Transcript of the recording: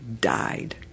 died